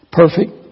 perfect